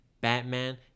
Batman